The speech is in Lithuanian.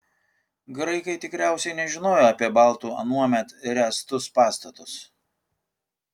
graikai tikriausiai nežinojo apie baltų anuomet ręstus pastatus